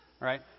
right